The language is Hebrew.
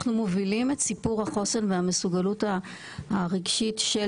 אנחנו מובילים את סיפור החוסן והמסוגלות הרגשית של